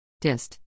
Dist